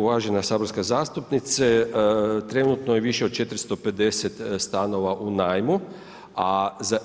Uvažena saborska zastupnice, trenutno je više od 450 stanova u najmu